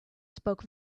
spoke